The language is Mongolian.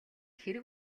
хэрэг